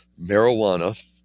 marijuana